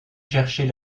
chercher